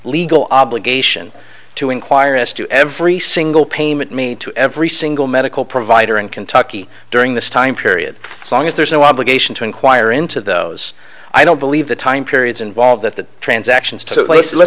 legal obligation to inquire as to every single payment me to every single medical provider in kentucky during this time period as long as there's no obligation to inquire into those i don't believe the time periods involved that the transactions took place l